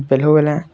ବଲେ